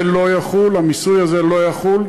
זה לא יחול, המיסוי הזה לא יחול.